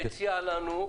אתה מציע לנו,